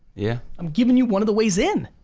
yeah i'm giving you one of the ways in!